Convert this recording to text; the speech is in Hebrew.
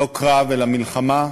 לא קרב אלא מלחמה,